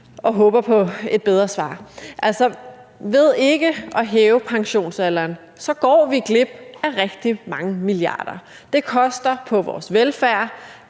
jeg håber på et bedre svar. Altså, ved ikke at hæve pensionsalderen går vi glip af rigtig mange milliarder. Det koster på vores velfærd.